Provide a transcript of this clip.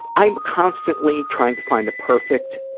i'm constantly trying to find the perfect